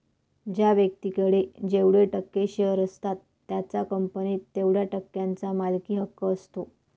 ज्या व्यक्तीकडे जेवढे टक्के शेअर असतात त्याचा कंपनीत तेवढया टक्क्यांचा मालकी हक्क असतो